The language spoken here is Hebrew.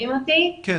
אז